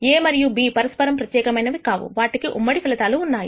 A మరియు B పరస్పరం ప్రత్యేక మైనవి కావు వాటికి ఉమ్మడి ఫలితాలు ఉన్నాయి